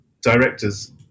directors